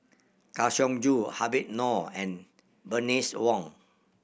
Kang Siong Joo Habib Noh and Bernice Wong